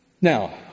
Now